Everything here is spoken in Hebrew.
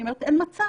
אני אומרת שאין מצב,